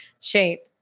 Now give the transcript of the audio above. shape